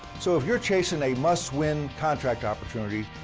so if you're chasing a must-win contract opportunity,